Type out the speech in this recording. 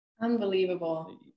unbelievable